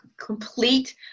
complete